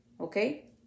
okay